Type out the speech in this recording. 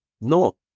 No